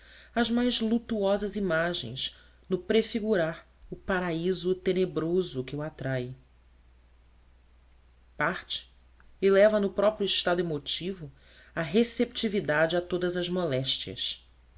as mais lutuosas imagens no prefigurar o paraíso tenebroso que o atrai parte e leva no próprio estado emotivo a receptividade a todas as moléstias